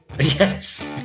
Yes